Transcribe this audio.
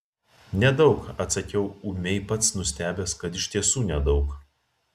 nedaug atsakiau ūmiai pats nustebęs kad iš tiesų nedaug